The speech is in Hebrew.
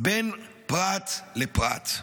בין פרט לפרט.